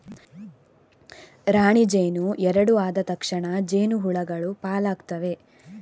ರಾಣಿ ಜೇನು ಎರಡು ಆದ ತಕ್ಷಣ ಜೇನು ಹುಳಗಳು ಪಾಲಾಗ್ತವೆ